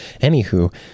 anywho